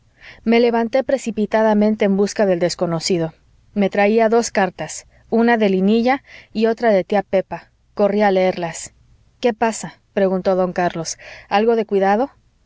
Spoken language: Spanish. me levanté precipitadamente en busca del desconocido me traía dos cartas una de linilla y otra de tía pepa corrí a leerlas qué pasa preguntó don carlos algo de cuidado